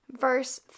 Verse